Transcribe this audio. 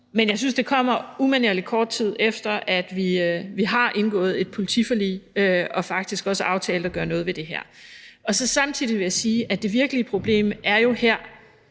kommer, synes jeg, umanerlig kort tid efter, at vi har indgået et politiforlig og faktisk også har aftalt at gøre noget ved det her. Jeg vil samtidig sige, at det virkelige problem jo her